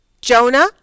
Jonah